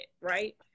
right